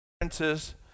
differences